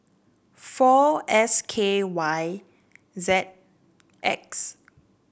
four S K Y Z X